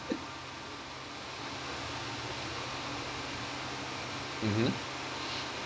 mmhmm